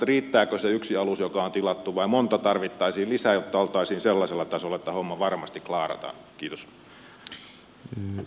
riittääkö se yksi alus joka on tilattu vai montako tarvittaisiin lisää jotta oltaisiin sellaisella tasolla että homma varmasti klaarataan